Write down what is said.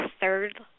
third